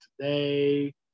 today